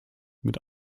mit